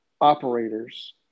operators